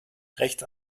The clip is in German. rechts